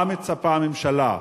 מה מצפה הממשלה,